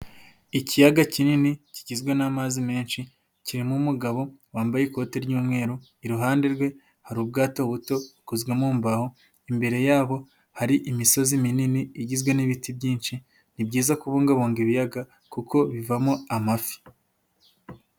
Ikiyaga kinini kigizwe n'amazi menshi kirimo umugabo wambaye ikote ry'umweru, iruhande rwe hari ubwato buto bukozwe mu mbaho, imbere yabo hari imisozi minini igizwe n'ibiti byinshi, ni byiza kubungabunga ibiyaga kuko bivamo amafi.